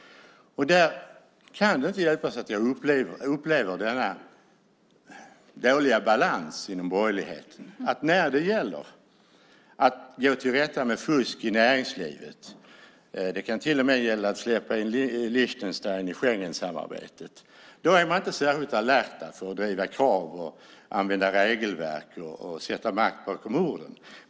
Då kan det inte hjälpas att jag upplever den dåliga balansen inom borgerligheten. När det gäller att komma till rätta med fusk i näringslivet - det kan till och med handla om att släppa in Liechtenstein i Schengensamarbetet - är man inte särskilt alert vad gäller att driva på krav, använda regelverk och sätta makt bakom orden.